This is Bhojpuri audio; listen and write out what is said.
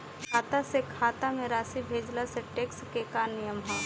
खाता से खाता में राशि भेजला से टेक्स के का नियम ह?